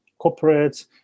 corporates